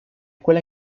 quella